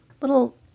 Little